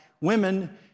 women